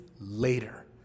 later